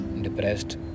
depressed